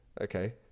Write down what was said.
Okay